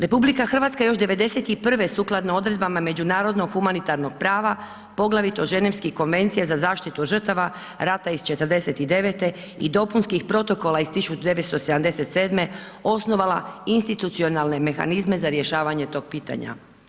RH je još '91. sukladno odredbama međunarodnog humanitarnog prava, poglavito Ženevskih konvencija za zaštitu žrtava rata iz '49. i dopunskih protokola iz 1977. osnovala institucionalne mehanizme za rješavanje tog pitanja.